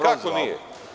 Kako nije?